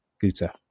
Guta